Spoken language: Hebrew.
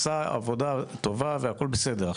המבצע עשה עבודה טובה והכל בסדר,